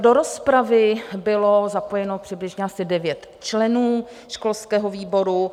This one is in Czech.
Do rozpravy bylo zapojeno přibližně asi devět členů školského výboru.